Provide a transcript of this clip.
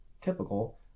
typical